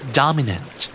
dominant